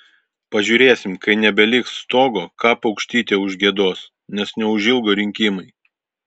pažiūrėsim kai nebeliks stogo ką paukštytė užgiedos nes neužilgo rinkimai